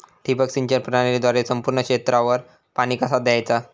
ठिबक सिंचन प्रणालीद्वारे संपूर्ण क्षेत्रावर पाणी कसा दयाचा?